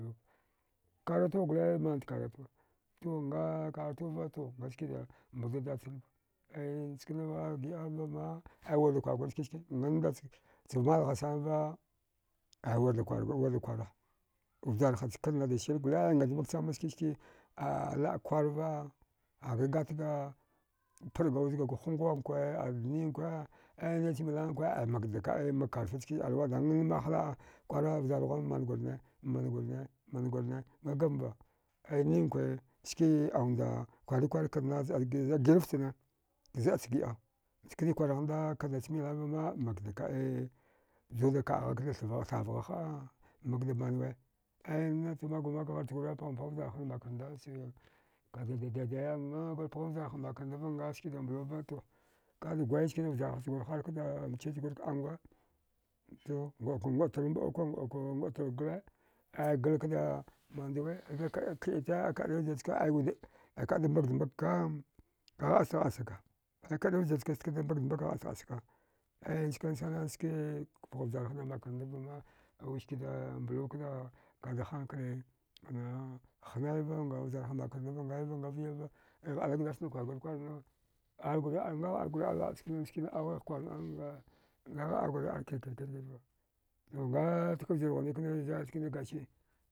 Karatu gule manta karatuwa to nga karatuva to ngaskida mbaldo datchan va ayan nchkanava giəa vama ai wida kwar guri skiksi nganda chga malha sanva ai wirda kwar wirda kwara vjarha kannada sil gule ngatmak chama skiski a laə kwarva a ga gatga parəga wud zgaga hungankwa a ninkwa aya mdach milnanankwa ai makda kaɗi mak karfi njkanacha iyalwa thangi marla a kwara vjarthuwa mamangurne mamangurne mamangurne ngagamva ai ninkwa ske aumda kwarikwar kanna zəa giraf chana zəach giəa nchkani kwar ghandach milnan vama makda kaəe juda kaəgha kda thavgha haəa makda manwe aya nata magwma magw ghar chgura paghama pgha vjarhada makarnda to kadida daidaya amma ngagur pgham vjarhan makarndava nga skida mbluva to kada gwai chkani vjarha chgur harkda mchich gura kəanguwa to nguətru mbəuka nguətru gala aya galkda mandawe kəita akaəri vjir chka ai wida kaəda mbagda mbagka ka gəasda ghəasaka aya kədiri vjirchka kada mbagda mbaga ghəasda ghəasaka aya njkansana ski pghawud vjarhada makarnda vama aya wiskida mblukda kadihankali hnaiva nga vjarhan makarndava ngaiva nga vyava ghigh ali gdass na kwarguri kwarna argurni ara ngagh argurni arlaə skina aughigh kwar nəa ngagh argurni ar kirkirva ngwatak vjir ghunikna zaə chkinikna gasi.